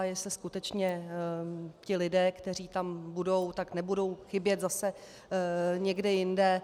Jestli skutečně ti lidé, kteří tam budou, nebudou chybět zase někde jinde.